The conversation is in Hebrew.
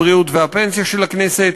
הבריאות והפנסיה של הכנסת,